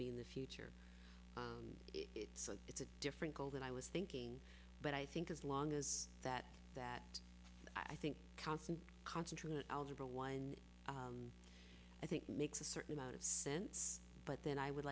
be in the future and it's a it's a different goal that i was thinking but i think as long as that that i think constant concentration of algebra one i think makes a certain amount of sense but then i would